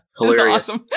hilarious